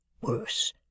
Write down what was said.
worse